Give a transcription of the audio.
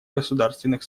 государственных